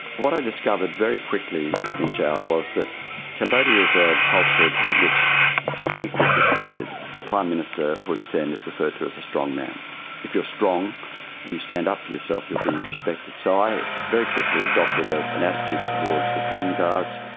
what i discovered very quickly in jail was that cambodia is a culture in which strength is respected. the prime minister hun sen is referred to as a strong man if you're strong and you stand up for yourself you will be respected. so i very quickly adopted ah an attitude towards the prison guards,